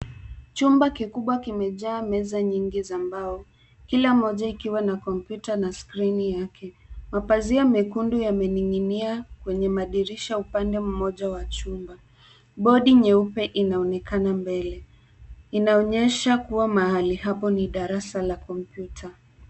Chumba kikubwa kimejaa meza nyingi za mbao, kila moja ikiwa na kompyuta na skrini yake. Mapazia mekundu yamening'inia kwenye madirisha upande mmoja wa chumba. Bodi nyeupe inaonekana mbele. Inaonyesha kuwa mahali hapo ni darasa la kompyuta.